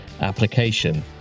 application